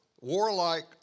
warlike